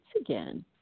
again